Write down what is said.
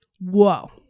Whoa